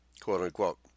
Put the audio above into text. quote-unquote